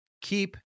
keep